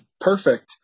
perfect